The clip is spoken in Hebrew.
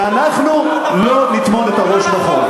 ואנחנו לא נטמון את הראש בחול.